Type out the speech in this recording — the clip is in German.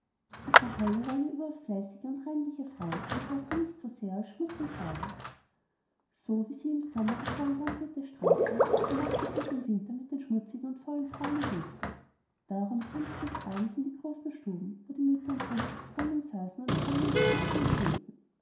die frau holle war eine überaus fleißige und reinliche frau und haßte nichts so sehr als schmutz und faulheit so wie sie im sommer die faulen landwirte strafte so machte sie es im winter mit den schmutzigen und faulen frauen und mädchen darum kam sie des abends in die großen stuben wo die mütter und töchter zusammensaßen und spannen strickten und nähten